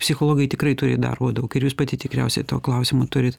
psichologai tikrai turi darbo daug ir jūs pati tikriausiai tuo klausimu turit